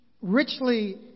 richly